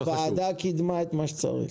הוועדה קידמה את מה שצריך.